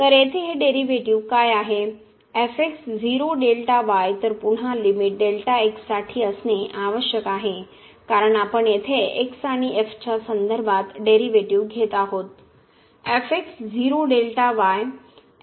तर येथे हे डेरीवेटीव काय आहे तर पुन्हा लिमिट साठी असणे आवश्यक आहे कारण आपण येथे x आणि च्या संदर्भात डेरीवेटीव घेत आहोत